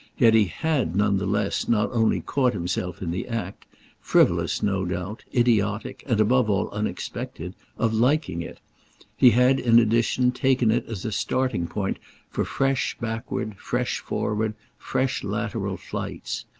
yet he had none the less not only caught himself in the act frivolous, no doubt, idiotic, and above all unexpected of liking it he had in addition taken it as a starting-point for fresh backward, fresh forward, fresh lateral flights.